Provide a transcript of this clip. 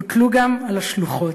הוטלו גם על השלוחות.